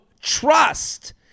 trust